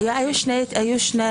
היו שתי הצעות.